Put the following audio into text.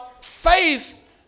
faith